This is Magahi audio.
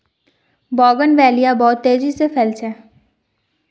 बोगनवेलिया बहुत तेजी स फैल छेक